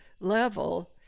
level